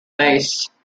base